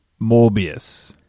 Morbius